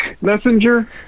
Messenger